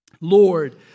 Lord